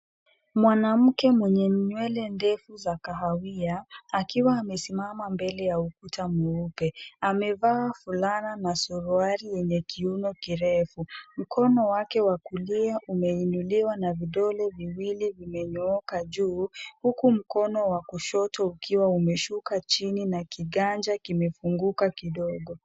Mwanamke mwenye nywele ndefu za kahawia akiwa amesimama mbele ya ukuta mweupe. Amevaa fulana na suruali yenye kiuno kirefu. Mkono wake wa kulia umeinuliwa na vidole viwili vimenyooka juu huku mkono wa kushoto ukiwa umeshuka chini na kiganka kimefunguka kidogo.